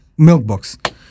Milkbox